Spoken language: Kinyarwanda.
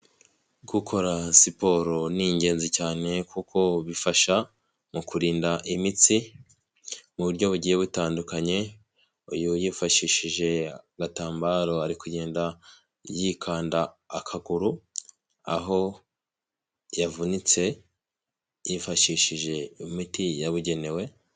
Gukora siporo ni ingenzi cyane kuko bifasha mu kurinda imitsi mu buryo bugiye butandukanye, uyu yifashishije agatambaro ari kugenda yikanda akaguru aho yavunitse yifashishije imiti yabugenewe.